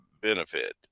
benefit